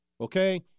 okay